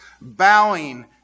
bowing